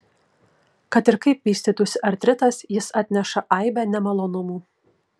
kad ir kaip vystytųsi artritas jis atneša aibę nemalonumų